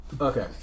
Okay